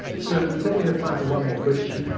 so, we probably have time for one more question.